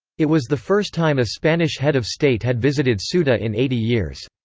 it was the first time a spanish head of state had visited ceuta in eighty years.